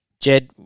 Jed